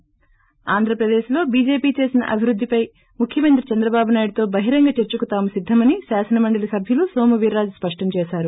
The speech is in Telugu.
ప్రా ఆంధ్రప్రదేశ్ లో బీజేపీ చేసిన అభివృద్దిపై ముఖ్యమంత్రి చంద్రబాబు నాయుడు తో బహిరంగ చర్సకు తాము సిద్ధమని శాసనమండలి సబ్యుడు నోము వీర్రాజు స్పష్టంచేశారు